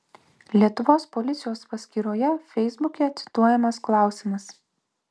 lietuvos policijos paskyroje feisbuke cituojamas klausimas